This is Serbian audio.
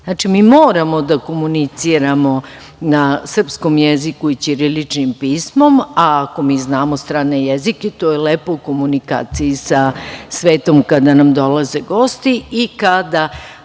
mi moramo da komuniciramo na srpskom jeziku i ćiriličnim pismom, a ako mi znamo strane jezike, to je lepo u komunikaciji sa svetom kada nam dolaze gosti i kada